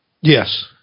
Yes